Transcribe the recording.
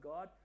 God